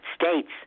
States